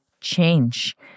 change